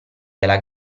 della